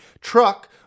truck